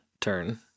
turn